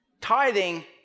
Tithing